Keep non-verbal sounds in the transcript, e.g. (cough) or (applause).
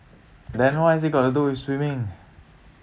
then what is it gotta do with swimming (breath)